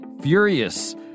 furious